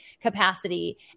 capacity